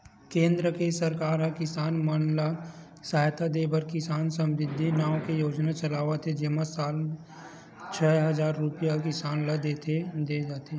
केंद्र के सरकार ह किसान मन ल सहायता देबर किसान समरिद्धि नाव के योजना चलावत हे जेमा साल म छै हजार रूपिया किसान ल दे जाथे